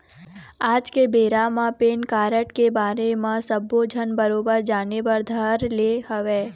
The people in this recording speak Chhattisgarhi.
आज के बेरा म पेन कारड के बारे म सब्बो झन बरोबर जाने बर धर ले हवय